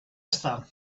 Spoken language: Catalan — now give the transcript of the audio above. està